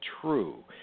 true